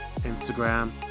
Instagram